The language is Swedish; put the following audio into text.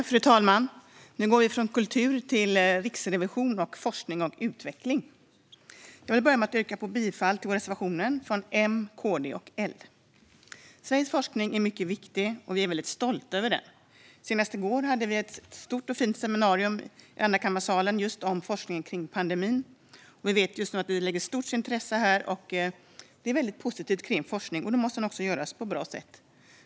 Fru talman! Nu går vi från kultur till Riksrevisionen och forskning och utveckling. Jag vill yrka bifall till reservationen från M, KD och L. Den forskning som bedrivs i Sverige är viktig, och vi är mycket stolta över den. Senast i går var det ett stort och fint seminarium i Andrakammarsalen om forskning om pandemin. Vi vet att det finns ett stort intresse för forskning, och den måste göras på ett bra sätt.